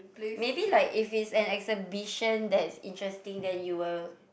maybe like if is an exhibition that's interesting then you will